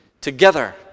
together